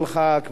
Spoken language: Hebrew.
כבוד השר,